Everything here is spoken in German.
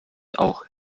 auch